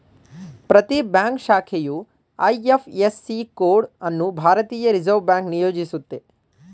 ಪ್ರತಿ ಬ್ಯಾಂಕ್ ಶಾಖೆಯು IFSC code ಅನ್ನು ಭಾರತೀಯ ರಿವರ್ಸ್ ಬ್ಯಾಂಕ್ ನಿಯೋಜಿಸುತ್ತೆ